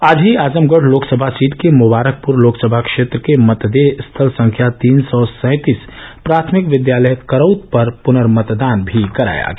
आज ही आजमगढ़ लोकसभा सीट के मुबारकपुर लोकसभा क्षेत्र के मतदेय स्थल संख्या तीन सौ सैंतीस प्राथमिक विद्यालय करउत पर पुनर्मतदान भी कराया गया